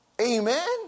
amen